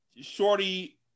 Shorty